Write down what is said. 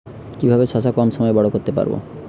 কিভাবে শশা কম সময়ে বড় করতে পারব?